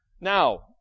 now